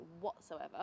whatsoever